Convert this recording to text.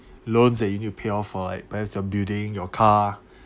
loans that you need to pay off for like perhaps your building your car